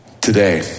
today